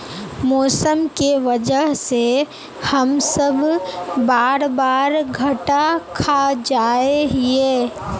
मौसम के वजह से हम सब बार बार घटा खा जाए हीये?